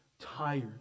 tired